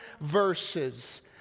verses